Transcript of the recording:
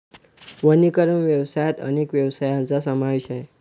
वनीकरण व्यवसायात अनेक व्यवसायांचा समावेश आहे